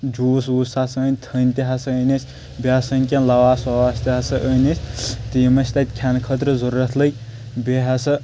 juice ووٗس ہسا أنۍ تھٔنۍ تہِ ہسا أنۍ اسہِ بیٚیہِ ہسا أنۍ کیٚنٛہہ لَواس وواس تہِ ہسا أنۍ اسہِ تہٕ یِم اسہِ تَتہِ کھیٚنہٕ خٲطرٕ ضروٗرت لٔگۍ بیٚیہِ ہسا